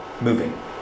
moving